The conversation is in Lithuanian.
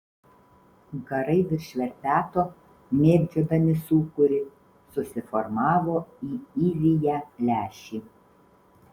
garai virš verpeto mėgdžiodami sūkurį susiformavo į įviją lęšį